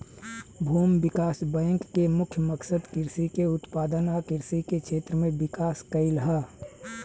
भूमि विकास बैंक के मुख्य मकसद कृषि के उत्पादन आ कृषि के क्षेत्र में विकास कइल ह